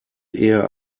eher